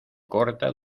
corta